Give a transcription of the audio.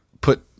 put